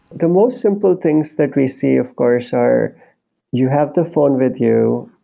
the most simple things that we see, of course, are you have the phone with you.